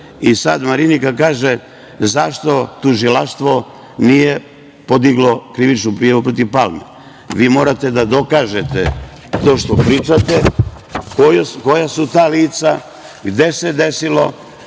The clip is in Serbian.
i sad Marinika kaže – zašto tužilaštvo nije podiglo krivičnu prijavu protiv Palme? Vi morate da dokažete to što pričate, koja su ta lica, gde se desilo,